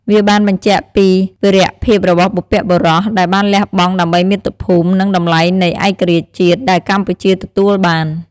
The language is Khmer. វាបានបញ្ជាក់ពីវីរភាពរបស់បុព្វបុរស ដែលបានលះបង់ដើម្បីមាតុភូមិ និងតម្លៃនៃឯករាជ្យជាតិ ដែលកម្ពុជាទទួលបាន។